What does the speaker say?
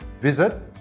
Visit